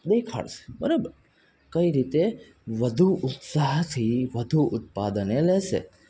દેખાડશે બરાબર કઈ રીતે વધુ ઉત્સાહથી વધું ઉત્પાદન એ લેશે